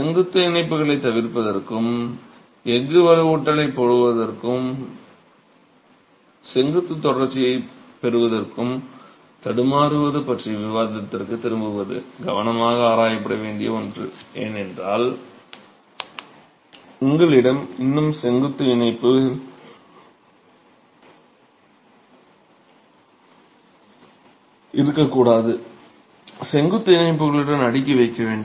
செங்குத்து இணைப்புகளைத் தவிர்ப்பதற்கும் எஃகு வலுவூட்டலைப் போடுவதற்கு செங்குத்து தொடர்ச்சியைப் பெறுவதற்கும் தடுமாறுவது பற்றிய விவாதத்திற்குத் திரும்புவது கவனமாக ஆராயப்பட வேண்டிய ஒன்று ஏனென்றால் உங்களிடம் இன்னும் செங்குத்து இணைப்புகள் இருக்கக்கூடாது செங்குத்து இணைப்புகளுடன் அடுக்கி வைக்க வேண்டும்